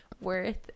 worth